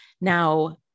Now